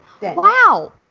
Wow